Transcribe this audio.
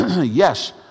yes